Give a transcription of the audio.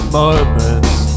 moments